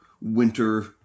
winter